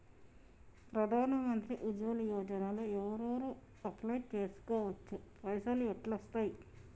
ప్రధాన మంత్రి ఉజ్వల్ యోజన లో ఎవరెవరు అప్లయ్ చేస్కోవచ్చు? పైసల్ ఎట్లస్తయి?